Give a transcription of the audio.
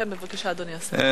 כן, בבקשה, אדוני השר.